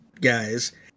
guys